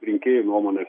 rinkėjų nuomonės